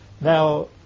now